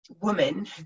Woman